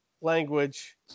language